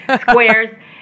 squares